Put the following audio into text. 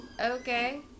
Okay